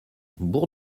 bourg